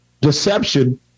deception